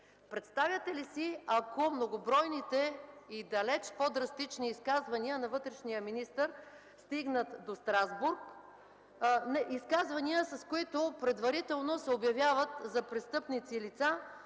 Представяте ли си, ако многобройните и далече по-драстични изказвания на вътрешния министър стигнат до Страсбург – изказвания, с които предварително се обявяват за престъпници лица